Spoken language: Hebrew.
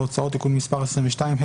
והוצאות (תיקון מס' 22),